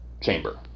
chamber